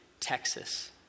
Texas